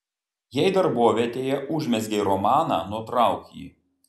jei darbovietėje užmezgei romaną nutrauk jį